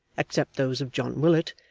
except those of john willet,